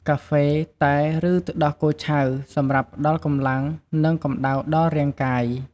កាហ្វេ តែ ឬទឹកដោះគោឆៅ សម្រាប់ផ្តល់កម្លាំង និងកំដៅដល់រាងកាយ។